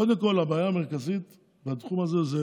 קודם כול, הבעיה המרכזית בתחום הזה זה